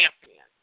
champion